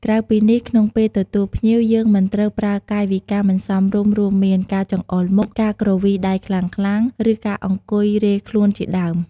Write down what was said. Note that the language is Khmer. ក្រៅពីនេះក្នុងពេលទទួលភ្ញៀវយើងមិនត្រូវប្រើកាយវិការមិនសមរម្យរួមមាន ការចង្អុលមុខ ការគ្រវីដៃខ្លាំងៗ ឬការអង្គុយរេខ្លួនជាដើម។